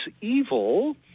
evil